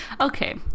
okay